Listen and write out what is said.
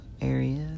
areas